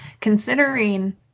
Considering